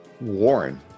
Warren